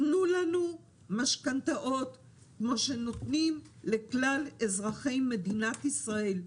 תנו לנו משכנתאות כמו שנותנים לכלל אזרחי מדינת ישראל.